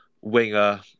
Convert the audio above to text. winger